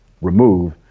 remove